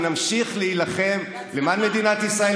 ונמשיך להילחם למען מדינת ישראל,